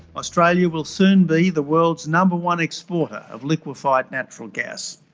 australia will soon be the world's number one exporter of liquefied natural gas.